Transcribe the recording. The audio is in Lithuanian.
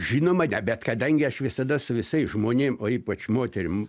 žinoma ne bet kadangi aš visada su visais žmonėm o ypač moterim